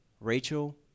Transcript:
Rachel